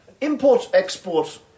Import-export